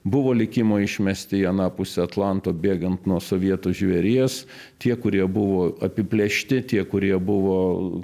buvo likimo išmesti į aną pusę atlanto bėgant nuo sovietų žvėries tie kurie buvo apiplėšti tie kurie buvo